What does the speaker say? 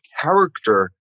character